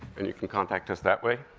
and you can contact us that way.